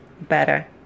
better